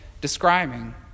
describing